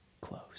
close